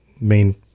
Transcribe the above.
main